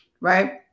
right